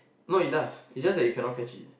no it does it's just that you cannot catch it